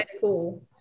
cool